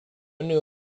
new